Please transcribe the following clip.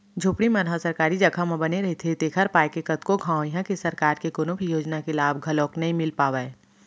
झोपड़ी मन ह सरकारी जघा म बने रहिथे तेखर पाय के कतको घांव इहां के सरकार के कोनो भी योजना के लाभ घलोक नइ मिल पावय